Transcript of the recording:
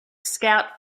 scout